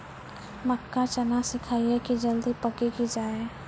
मक्का चना सिखाइए कि जल्दी पक की जय?